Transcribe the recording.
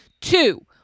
two